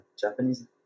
Japanese